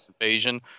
Invasion